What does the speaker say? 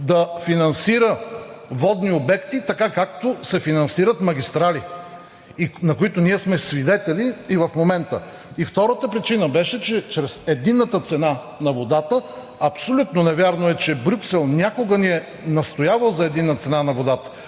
да финансира водни обекти, както се финансират магистрали, на които ние сме свидетели и в момента. Втората причина беше, че чрез единната цена на водата – абсолютно невярно е, че Брюксел някога ни е настоявал за единна цена на водата,